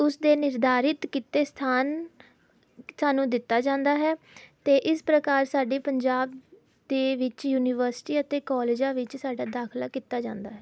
ਉਸ ਦੇ ਨਿਰਧਾਰਿਤ ਕੀਤੇ ਸਥਾਨ ਸਾਨੂੰ ਦਿੱਤਾ ਜਾਂਦਾ ਹੈ ਅਤੇ ਇਸ ਪ੍ਰਕਾਰ ਸਾਡੇ ਪੰਜਾਬ ਦੇ ਵਿੱਚ ਯੂਨੀਵਰਸਿਟੀ ਅਤੇ ਕੋਲਜਾਂ ਵਿੱਚ ਸਾਡਾ ਦਾਖਲਾ ਕੀਤਾ ਜਾਂਦਾ ਹੈ